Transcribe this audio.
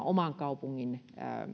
oman kaupungin